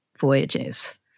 voyages